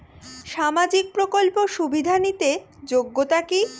সামাজিক প্রকল্প সুবিধা নিতে যোগ্যতা কি?